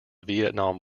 vietnam